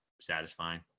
satisfying